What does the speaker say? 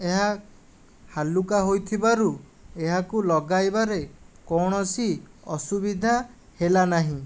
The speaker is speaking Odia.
ଏହା ହାଲୁକା ହୋଇଥିବାରୁ ଏହାକୁ ଲଗାଇବାରେ କୌଣସି ଅସୁବିଧା ହେଲା ନାହିଁ